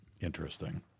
interesting